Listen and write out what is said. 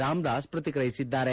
ರಾಮದಾಸ್ ಪ್ರತಿಕ್ರಿಯಿಸಿದ್ದಾರೆ